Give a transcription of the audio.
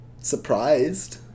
surprised